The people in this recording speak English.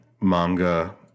manga